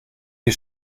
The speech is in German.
die